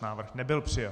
Návrh nebyl přijat.